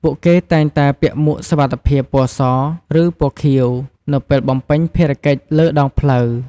ពួកគេតែងតែពាក់មួកសុវត្ថិភាពពណ៌ស ឬពណ៌ខៀវ នៅពេលបំពេញភារកិច្ចលើដងផ្លូវ។